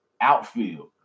outfield